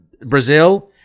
Brazil